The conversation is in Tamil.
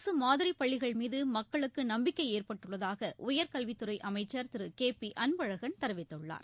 அரசு மாதிரிப் பள்ளிகள் மீது மக்களுக்கு நம்பிக்கை ஏற்பட்டுள்ளதாக உயர்கல்வித் துறை அமைச்சர் திரு கே பி அன்பழகன் தெரிவித்துள்ளார்